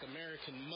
American